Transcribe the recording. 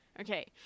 Okay